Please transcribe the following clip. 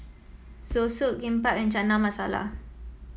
Zosui Kimbap and Chana Masala